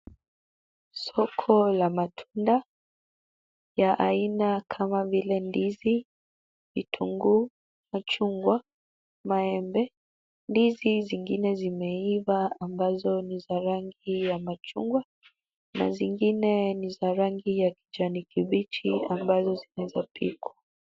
Soko ya matunda ya aina kama vile ndizi, kitunguu, machungwa, maembe. Ndizi zingine zimeiva na ni za rangi ya machungwa na zingine ni za rangi ya kijani kibichi ambazo zinaweza pikwa.